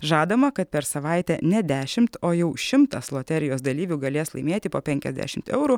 žadama kad per savaitę ne dešimt o jau šimtas loterijos dalyvių galės laimėti po penkiasdešimt eurų